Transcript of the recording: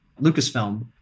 Lucasfilm